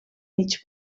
mig